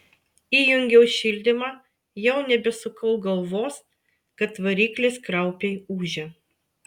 įjungiau šildymą jau nebesukau galvos kad variklis kraupiai ūžia